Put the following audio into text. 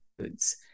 foods